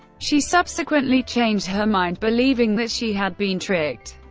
she subsequently changed her mind, believing that she had been tricked.